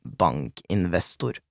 bankinvestor